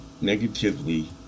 negatively